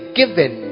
given